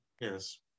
Yes